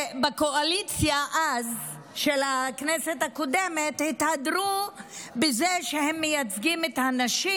בקואליציה של הכנסת הקודמת התהדרו בזה שהם מייצגים את הנשים,